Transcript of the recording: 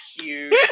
huge